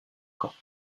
camps